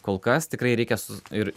kol kas tikrai reikia su ir